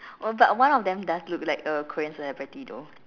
oh but one of them does look like a Korean celebrity though